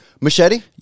Machete